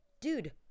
Dude